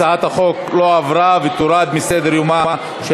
הצעת החוק לא עברה ותורד מסדר-יומה של